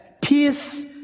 Peace